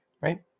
Right